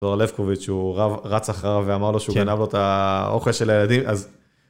זוהר לבקוביץ', הוא רץ אחריו ואמר לו שהוא גנב לו את האוכל של הילדים, אז...